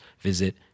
visit